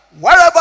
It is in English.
wherever